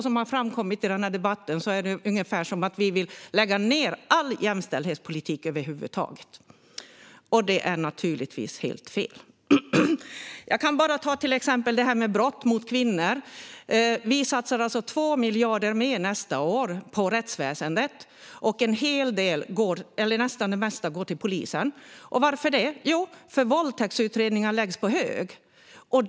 Som har framkommit i denna debatt är det ungefär som att vi vill lägga ned all jämställdhetspolitik över huvud taget. Det är naturligtvis helt fel. Jag kan som exempel ta brott mot kvinnor. Vi satsar alltså 2 miljarder kronor mer nästa år på rättsväsendet, och det mesta går till polisen. Varför? Jo, det gör det därför att våldtäktsutredningar läggs på hög.